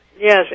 Yes